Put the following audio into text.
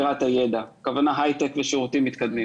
לרתום את השלטון המקומי שחלקו הגדול כבר רתום לטובת